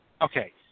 Okay